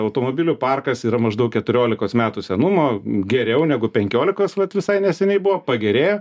automobilių parkas yra maždaug keturiolikos metų senumo geriau negu penkiolikos vat visai neseniai buvo pagerėjo